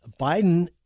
Biden